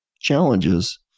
challenges